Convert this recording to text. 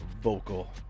vocal